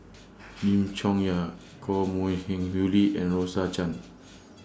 Lim Chong Yah Koh Mui Hiang Julie and Rose Chan